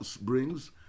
brings